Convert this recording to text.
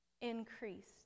increased